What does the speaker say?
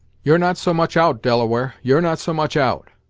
you're not so much out, delaware you're not so much out.